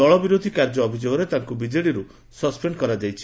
ଦଳ ବିରୋଧୀ କାର୍ଯ୍ୟ ଅଭିଯୋଗରେ ତାଙ୍କୁ ବିଜେଡିରୁ ସ୍ପେଣ୍ କରାଯାଇଛି